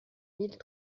mille